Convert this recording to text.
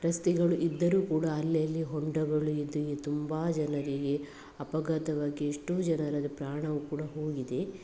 ರಸ್ತೆಗಳು ಇದ್ದರು ಕೂಡ ಅಲ್ಲಲ್ಲಿ ಹೊಂಡಗಳು ಇದ್ದು ತುಂಬ ಜನರಿಗೆ ಅಪಘಾತವಾಗಿ ಎಷ್ಟೋ ಜನರ ಪ್ರಾಣವು ಕೂಡ ಹೋಗಿದೆ